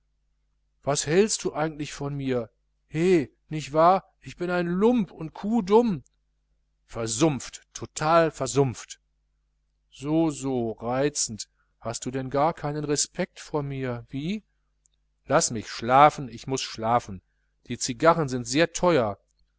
was hältst du eigentlich von mir he nicht wahr ich bin ein lump und kuhdumm versumpft ganz versumpft total so so reizend hast du gar keinen respekt vor mir mehr wie laß mich schlafen ich muß schlafen die cigarren sind sehr teuer